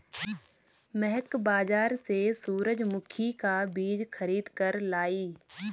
महक बाजार से सूरजमुखी का बीज खरीद कर लाई